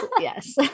yes